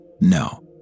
No